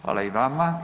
Hvala i vama.